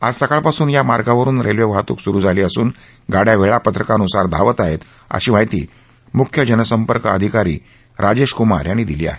आज सकाळपासून या मार्गावरुन रेल्वे वाहतूक सुरु झाली असून गाड्या वेळापत्रकानुसार धावत आहेत अशी माहिती मुख्य जनसंपर्क अधिकारी राजेश कुमार यांनी दिली आहे